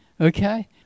okay